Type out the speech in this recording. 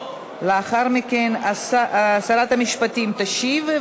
לאחר מכן שרת המשפטים תשיב,